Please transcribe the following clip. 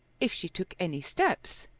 if she took any steps,